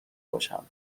باشم